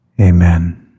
Amen